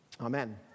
Amen